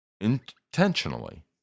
Intentionally